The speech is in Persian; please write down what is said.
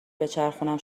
بچرخونم